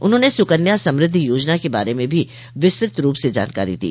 उन्होंने सुकन्या समृद्धि योजना के बारे में भी विस्तृत रूप से जानकारी दी